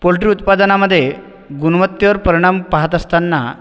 poultry उत्पादनामधे गुणवत्तेवर परिणाम पाहत असतांना